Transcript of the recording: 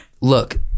look